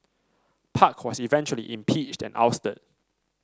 park was eventually impeached and ousted